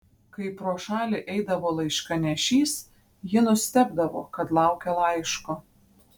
kai pro šalį eidavo laiškanešys ji nustebdavo kad laukia laiško